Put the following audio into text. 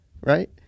Right